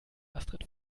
astrid